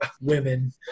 women